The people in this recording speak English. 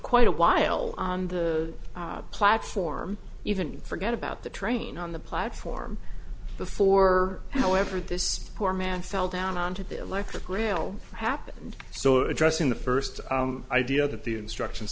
quite a while on the platform even forget about the train on the platform before however this poor man fell down onto the electric rail happened so addressing the first idea that the instruction